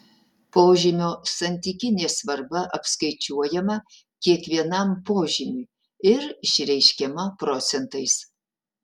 požymio santykinė svarba apskaičiuojama kiekvienam požymiui ir išreiškiama procentais